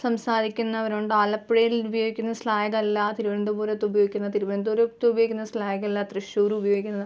സംസാരിക്കുന്നവരുണ്ട് ആലപ്പുഴയിലുപയോഗിക്കുന്ന സ്ലാഗല്ല തിരുവനന്തപുരത്തുപയോഗിക്കുന്നത് തിരുവനന്തപുരത്തുപയോഗിക്കുന്ന സ്ലാഗല്ല തൃശൂരുപയോഗിക്കുന്നത്